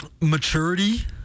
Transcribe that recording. maturity